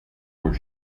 were